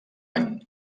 any